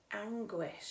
anguish